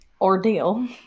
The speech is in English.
ordeal